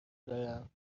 دارم